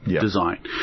design